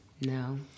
No